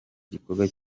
gikorwa